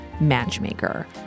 matchmaker